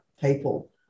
people